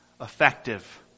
effective